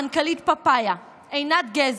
מנכ"לית פפאיה עינת גז.